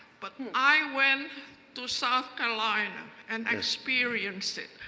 but i went to south carolina and experienced it.